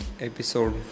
episode